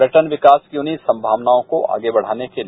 पर्यटन विकास के लिए संगावनाओं को आगे बढ़ाने के लिए